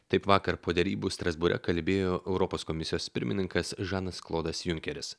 taip vakar po derybų strasbūre kalbėjo europos komisijos pirmininkas žanas klodas junkeris